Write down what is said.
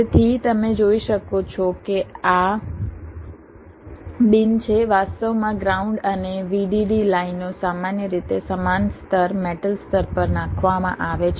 તેથી તમે જોઈ શકો છો કે આ બિન છે વાસ્તવમાં ગ્રાઉન્ડ અને VDD લાઇનો સામાન્ય રીતે સમાન સ્તર મેટલ સ્તર પર નાખવામાં આવે છે